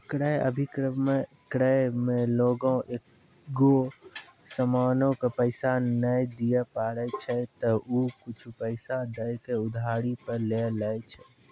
क्रय अभिक्रय मे लोगें एगो समानो के पैसा नै दिये पारै छै त उ कुछु पैसा दै के उधारी पे लै छै